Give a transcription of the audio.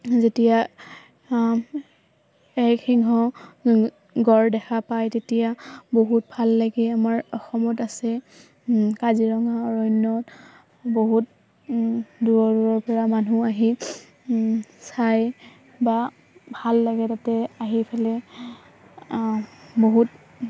যেতিয়া এক দেখা পায় তেতিয়া বহুত ভাল লাগে আমাৰ অসমত আছে কাজিৰঙা অৰণ্যত বহুত দূৰৰ দূৰৰ পৰা মানুহ আহি চাই বা ভাল লাগে তাতে আহি বহুত